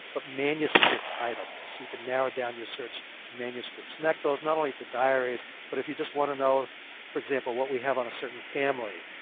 but manuscript items. you can narrow down your search to manuscripts. that goes not only for diaries, but if you just want to know for example, what we have on a certain family,